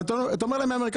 ואנחנו אומרים שהם מהמ.מ.מ.